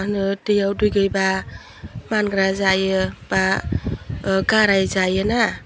माहोनो दैयाव दुगैबा मानग्रा जायो बा गाराय जायोना